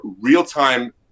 real-time